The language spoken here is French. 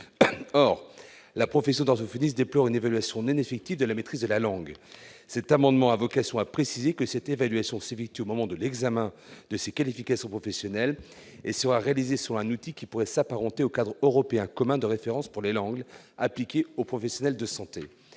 or la profession dans une Venise déplore une évaluation n'effectif de la maîtrise de la langue, c'est un amendement a vocation, a précisé que cette évaluation s'effectue au moment de l'examen de ces qualifications professionnelles et soit réalisée sur un outil qui pourrait s'apparenter au cadre européen commun de référence pour les langues appliquées aux professionnels de santé,